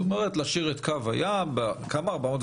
להשאיר את קו היום ב-415.2,